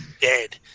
dead